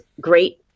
great